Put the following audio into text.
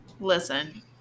listen